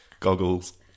Goggles